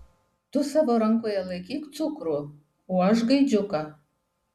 tu savo rankoje laikyk cukrų o aš gaidžiuką